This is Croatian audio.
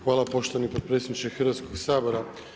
Hvala poštovani potpredsjedniče Hrvatskog sabora.